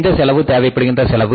எந்த செலவு தேவைப்படுகின்ற செலவு